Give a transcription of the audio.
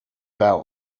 out